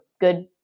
good